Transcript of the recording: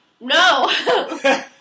no